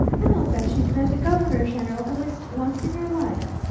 and i'll bet you've met the governor-general at least once in your life.